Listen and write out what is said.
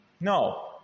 No